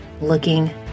looking